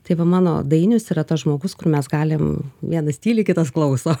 tai va mano dainius yra tas žmogus kur mes galim vienas tyli kitas klauso